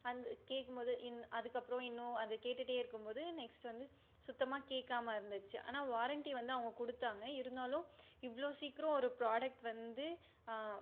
அந்த கேட்கும் போது இன் அதுக்கப்புறம் இன்னும் அதை கேட்டுகிட்டே இருக்கும் போது நெக்ஸ்ட் வந்து சுத்தமாக கேட்காம இருந்துச்சு ஆனால் வாரண்ட்டி வந்து அவங்க கொடுத்தாங்க இருந்தாலும் இவ்வளோ சீக்கிரம் ஒரு ப்ராடெக்ட் வந்து